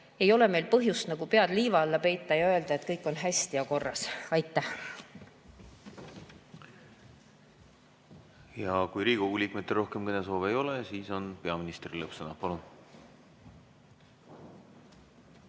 ei ole meil põhjust pead liiva alla peita ja öelda, et kõik on hästi ja korras. Aitäh! Kui Riigikogu liikmetel rohkem kõnesoove ei ole, siis on peaministri lõppsõna. Palun!